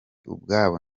ubwabo